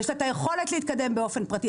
יש לה את היכולת להתקדם באופן פרטי.